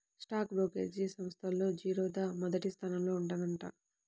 stock brokerage సంస్థల్లో జిరోదా మొదటి స్థానంలో ఉందంట